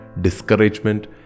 discouragement